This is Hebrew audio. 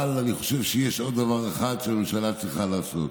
אבל אני חושב שיש עוד דבר אחד שהממשלה צריכה לעשות: